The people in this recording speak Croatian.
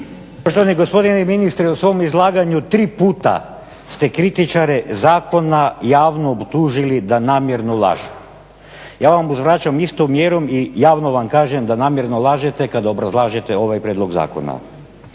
Poštovani gospodine ministre, u svom izlaganju tri puta ste kritičare zakona javno optužili da namjerno lažu. Ja vam uzvraćam istom mjerom i javno vam kažem da namjerno lažete kada obrazlažete ovaj prijedlog zakona.